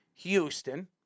Houston